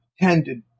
tended